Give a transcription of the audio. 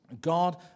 God